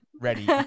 ready